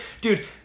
Dude